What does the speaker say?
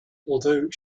although